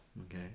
Okay